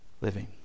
living